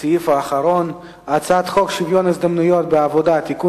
הצעת החוק התקבלה ותמשיך להידון לקראת